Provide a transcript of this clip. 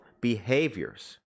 behaviors